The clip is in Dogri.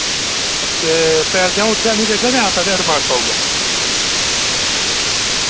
ते पैसे अ'ऊं उत्थै आह्नियै देगा जां पैह्ले अडवांस पाई ओड़ां